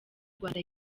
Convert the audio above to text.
rwanda